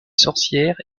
sorcière